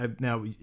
Now